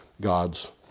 God's